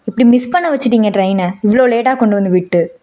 இப்படி மிஸ் பண்ண வெச்சுட்டிங்க ட்ரெயினை இவ்வளோ லேட்டாக கொண்டு வந்து விட்டு